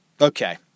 Okay